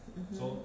um hmm